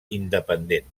independent